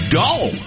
dull